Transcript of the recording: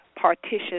partition